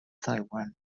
taiwan